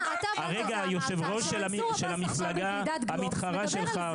הרגע היושב-ראש של המפלגה המתחרה שלך,